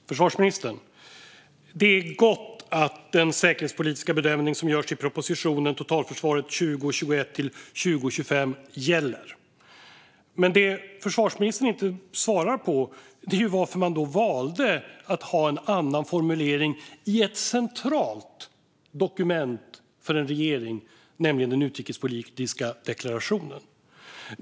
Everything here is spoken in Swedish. Fru talman! Försvarsministern! Det är gott att den säkerhetspolitiska bedömning som görs i propositionen Totalförsvaret 2021 - 2025 gäller. Men det försvarsministern inte svarar på är varför man valde att ha en annan formulering i ett centralt dokument för en regering, nämligen den utrikespolitiska deklarationen.